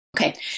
Okay